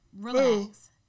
relax